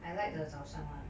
I like the 早上 [one]